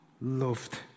loved